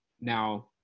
Now